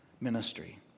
ministry